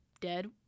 dead